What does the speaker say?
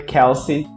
Kelsey